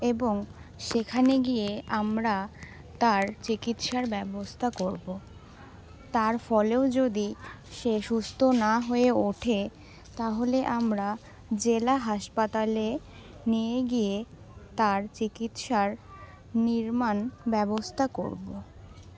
এবং সেখানে গিয়ে আমরা তার চিকিৎসার ব্যবস্থা করবো তার ফলেও যদি সে সুস্থ না হয়ে ওঠে তাহলে আমরা জেলা হাসপাতালে নিয়ে গিয়ে তার চিকিৎসার নির্মাণ ব্যবস্থা করবো